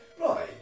Right